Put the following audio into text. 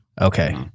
Okay